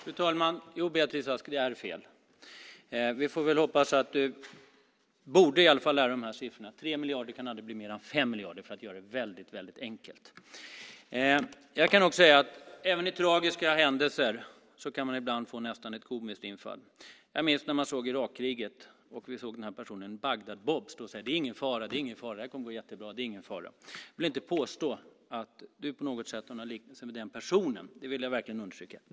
Fru talman! Det är fel, Beatrice Ask. Du borde i varje fall lära dig de här siffrorna. För att göra det väldigt enkelt handlar det om att 3 miljarder aldrig kan bli mera än 5 miljarder. Även vid tragiska händelser kan man ibland få nästan ett komiskt infall. Jag minns när man såg Irakkriget och personen som kallades Bagdad-Bob stod och sade: "Det är ingen fara, det är ingen fara. Det här kommer att gå jättebra. Det är ingen fara." Jag vill inte påstå att du på något vis har någon likhet med den personen. Det vill jag verkligen understryka.